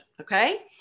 Okay